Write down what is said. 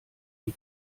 die